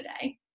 today